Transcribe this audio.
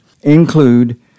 include